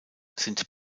sind